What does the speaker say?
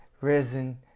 risen